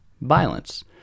violence